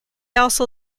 also